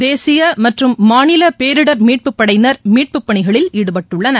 தேசியமற்றும் மாநிலபேரிடர் மீட்புப்படையினர் மீட்பு பணிகளில் ஈடுபட்டுள்ளனர்